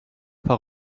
pas